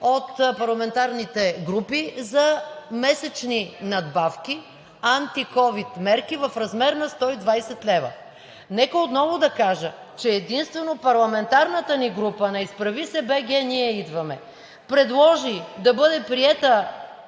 от парламентарните групи за месечни надбавки, антиковид мерки в размер на 120 лв. Нека отново да кажа, че единствено парламентарната ни група, „Изправи се БГ! Ние идваме!“, предложи да бъде приета